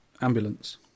ambulance